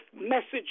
message